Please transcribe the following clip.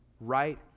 right